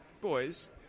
boys